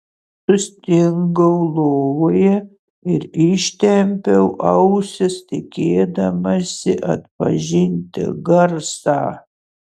sustingau lovoje ir ištempiau ausis tikėdamasi atpažinti garsą